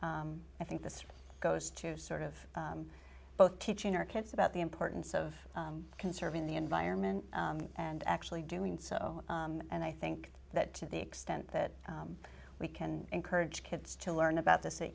i think this goes to sort of both teaching our kids about the importance of conserving the environment and actually doing so and i think that to the extent that we can encourage kids to learn about this a